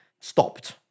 stopped